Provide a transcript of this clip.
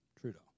Trudeau